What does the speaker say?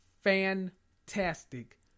fantastic